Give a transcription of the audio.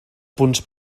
punts